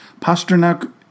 Pasternak